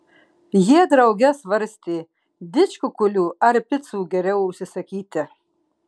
jie drauge svarstė didžkukulių ar picų geriau užsisakyti